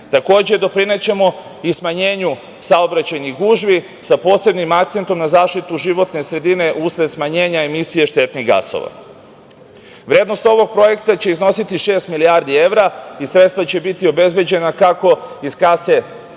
doprinećemo i smanjenju saobraćajnih gužvi, sa posebnim akcentom na zaštitu životne sredine usled smanjenja emisije štetinih gasova. Vrednost ovog projekta će iznositi šest milijardi evra i sredstva će biti obezbeđena kako iz kase